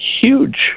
huge